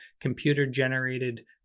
computer-generated